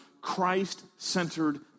Christ-centered